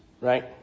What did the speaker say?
right